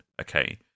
okay